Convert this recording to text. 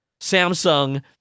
Samsung